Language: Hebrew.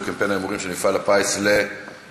קמפיין ההימורים של מפעל הפיס לוועדת,